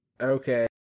Okay